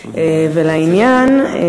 ולעניין.